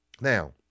Now